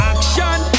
Action